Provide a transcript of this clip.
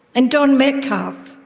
and don metcalf,